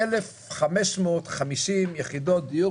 1,550 יחידות דיור,